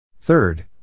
Third